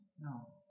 no